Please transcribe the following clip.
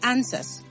Answers